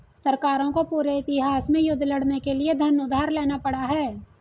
सरकारों को पूरे इतिहास में युद्ध लड़ने के लिए धन उधार लेना पड़ा है